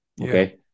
Okay